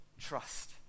trust